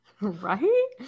Right